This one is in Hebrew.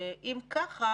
אם ככה,